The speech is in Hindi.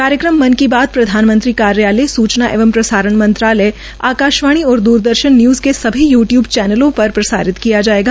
कार्यक्रम मन की बात प्रधानमंत्री कार्यालय सूचना एवं प्रसारण मंत्रालय आकाशवाणी और द्रदर्शन न्यूज के सभी यूटयूब चैनलों पर प्रसारित किया जायेगा